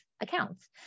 accounts